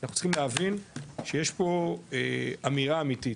אנחנו צריכים להבין שיש פה אמירה אמיתית.